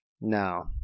No